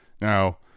Now